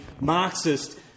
Marxist